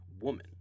woman